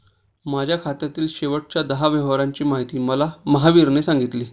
माझ्या खात्यातील शेवटच्या दहा व्यवहारांची माहिती मला महावीरने सांगितली